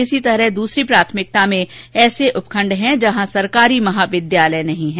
इसी तरह दूसरी प्राथमिकता में ऐसे उपखंड हैं जहां सरकारी महाविद्यालय नहीं हैं